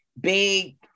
Big